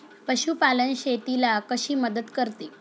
पशुपालन शेतीला कशी मदत करते?